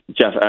Jeff